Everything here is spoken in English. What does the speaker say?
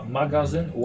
magazyn